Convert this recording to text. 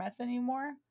anymore